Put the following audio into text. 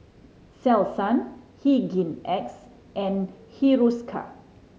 Selsun Hygin X and Hiruscar